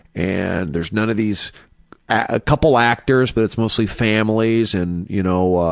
and there's none of these a couple actors, but it's mostly families and, you know,